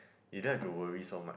you don't have to worry so much